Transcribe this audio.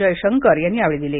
जयशंकर यांनी यावेळी दिली